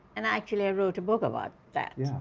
and actually, i wrote a book about that.